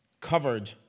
covered